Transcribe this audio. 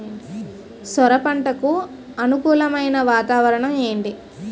సొర పంటకు అనుకూలమైన వాతావరణం ఏంటి?